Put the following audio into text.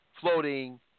floating